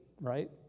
right